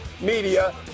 media